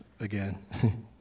again